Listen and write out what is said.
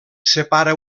separa